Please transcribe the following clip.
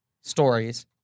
stories